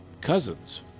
cousins